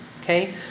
Okay